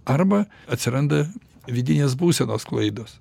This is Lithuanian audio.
arba atsiranda vidinės būsenos klaidos